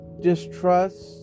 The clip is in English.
distrust